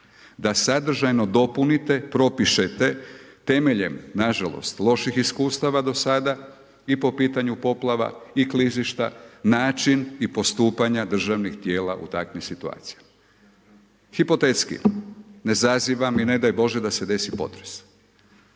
da sadržajno dopunite, propišete, temeljem, nažalost, loših iskustava do sada i po pitanju poplava i klizišta, način i postupanje državnih tijela u takvim situacijama. Hipotetski, ne zazivam i ne daj Bože da se desi potres,